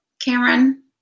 Cameron